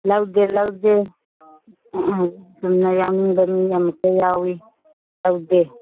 ꯂꯧꯗꯦ ꯂꯥꯎꯗꯦ ꯆꯨꯝꯅ ꯌꯥꯎꯅꯤꯡꯕ ꯃꯤ ꯑꯃꯨꯛꯀ ꯌꯥꯎꯋꯤ ꯇꯧꯗꯦ